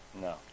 No